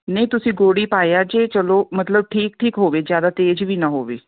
ਨਹੀਂ ਤੁਸੀਂ ਗੁੜ ਹੀ ਪਾਇਆ ਜੇ ਚਲੋ ਮਤਲਬ ਠੀਕ ਠੀਕ ਹੋਵੇ ਜ਼ਿਆਦਾ ਤੇਜ਼ ਵੀ ਨਾ ਹੋਵੇ